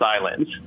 Islands